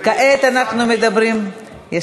וכעת אנחנו מדברים, עד עשר דקות?